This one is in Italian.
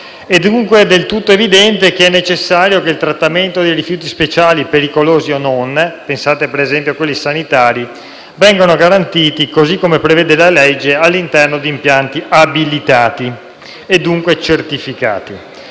Dunque, è del tutto evidente la necessità che il trattamento dei rifiuti speciali, pericolosi e non (pensate ad esempio a quelli sanitari), venga garantito, così come prevede la legge, all'interno di impianti abilitati e dunque certificati.